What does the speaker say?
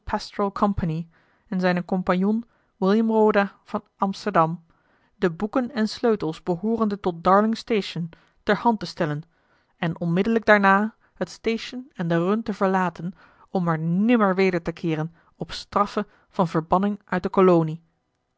en zijnen compagnon william roda van amsterdam de boeken en sleutels behoorende tot darlingstation ter hand te stellen en onmiddellijk daarna het station en de run te verlaten om er nimmer weder te keeren op straffe van verbanning uit de kolonie